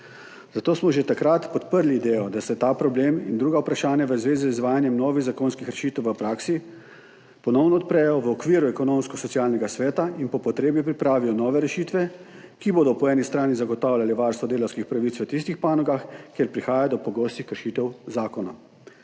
Zato smo že takrat podprli idejo, da se ta problem in druga vprašanja v zvezi z izvajanjem novih zakonskih rešitev v praksi ponovno odprejo v okviru Ekonomsko-socialnega sveta in po potrebi pripravijo nove rešitve, ki bodo po eni strani zagotavljali varstvo delavskih pravic v tistih panogah, kjer prihaja do pogostih kršitev zakona.